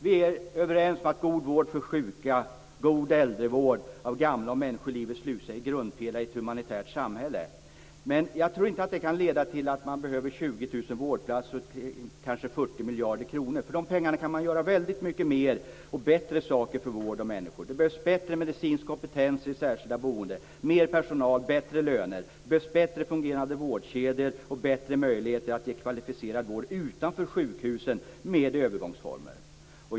Vi är överens om att god vård för sjuka, god vård av gamla och människor i livets slutskede är grundpelare i ett humanitärt samhälle. Men jag tror inte att det kan leda till att man behöver 20 000 vårdplatser och kanske 40 miljarder kronor. För dessa pengar kan man göra väldigt mycket mer och bättre saker för vård och människor. Det behövs bättre medicinsk kompetens i särskilt boende, mer personal, bättre löner, bättre fungerande vårdkedjor och bättre möjligheter att ge kvalificerad vård utanför sjukhusen med övergångsformer.